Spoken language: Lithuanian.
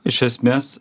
iš esmės